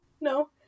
No